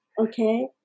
Okay